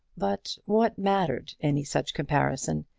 but what mattered any such comparison?